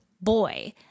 boy